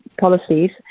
policies